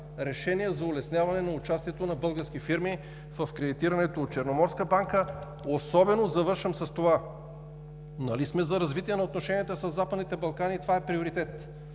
предам, за улесняване на участието на български фирми в кредитирането от Черноморска банка. Завършвам с това. Нали сме за развитие на отношенията със Западните Балкани и това е приоритет?